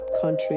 country